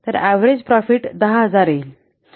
तर average profit 10000 येईल